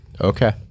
okay